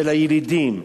של הילידים,